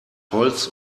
holz